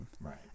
Right